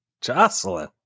Jocelyn